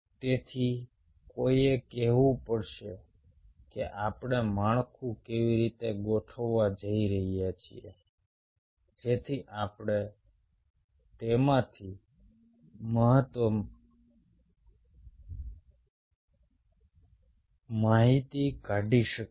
તેથી કોઈએ કેવું પડશે કે આપણે માળખું કેવી રીતે ગોઠવવા જઈ રહ્યા છીએ જેથી આપણે તેમાંથી મહત્તમ માહિતી કાઢી શકીએ